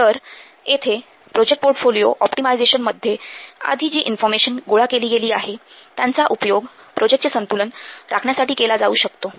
तर येथे project portfolio ऑप्टिमायझेशनमध्ये आधी जी इन्फॉर्मेशन गोळा केली गेली आहे त्यांचा उपयोग प्रोजेक्टचे संतुलन राखण्यासाठी केला जाऊ शकतो